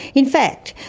in fact,